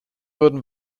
wurden